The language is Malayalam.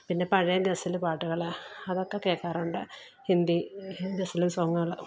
പിന്നെ പഴയ ഗസല് പാട്ടുകൾ അതൊക്കെ കേൾക്കാറുണ്ട് ഹിന്ദി ഗസല് സോങ്ങാ ഉള്ള